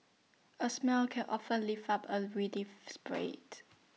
A smile can often lift up A spirit